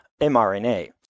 mRNA